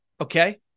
okay